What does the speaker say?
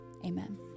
Amen